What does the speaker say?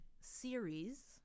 series